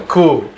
Cool